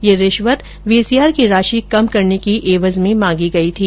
ये रिश्वत वीसीआर की राशि कम करने की एवज में मांगी गई थी